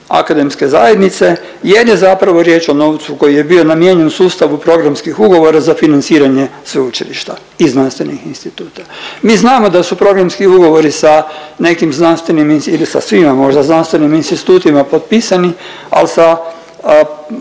akademske zajednice jer je zapravo riječ o novcu koji je bio namijenjen sustavu programskih ugovora za financiranje sveučilišta i znanstvenih instituta. Mi znamo da su programski ugovori sa nekim znan… ili sa svima možda znanstvenim institutima potpisani, al sa